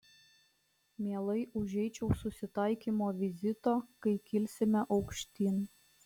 mielai užeičiau susitaikymo vizito kai kilsime aukštyn